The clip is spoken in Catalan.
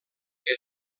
que